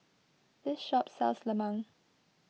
this shop sells Lemang